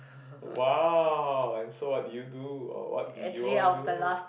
!wow! and so what did you do or what did you all do